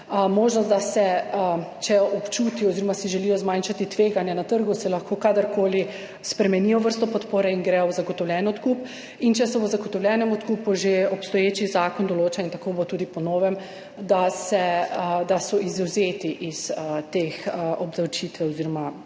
zakona, da lahko, če občutijo oziroma si želijo zmanjšati tveganja na trgu, kadarkoli spremenijo vrsto podpore in gredo v zagotovljen odkup. In če se v zagotovljenem odkupu, že obstoječi zakon določa, in tako bo tudi po novem, da so izvzeti iz te obdavčitve oziroma